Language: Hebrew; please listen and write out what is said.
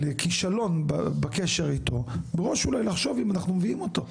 לכישלון בקשר אתו מראש אולי לחשוב אם מביאים אותו.